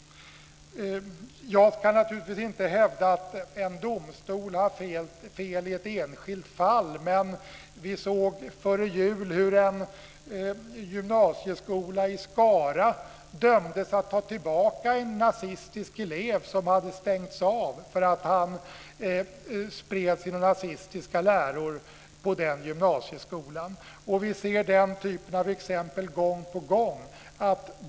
Jag kan naturligtvis inte hävda att en domstol har fel i ett enskilt fall. Men vi såg före jul hur en gymnasieskola i Skara dömdes att ta tillbaka en nazistisk elev som hade stängts av för att han spred sina nazistiska läror på den gymnasieskolan. Vi ser den typen av exempel gång på gång.